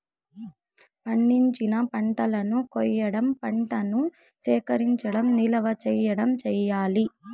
పండించిన పంటలను కొయ్యడం, పంటను సేకరించడం, నిల్వ చేయడం చెయ్యాలి